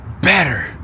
better